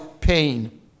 pain